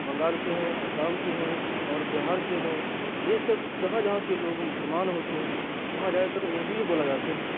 بنگال کے ہیں آسام کے ہیں اور بہار کے ہیں یہ سب جہاں جہاں کے لوگ مسلمان ہوتے ہیں وہاں زیادہ تر اردو ہی بولا جاتے ہیں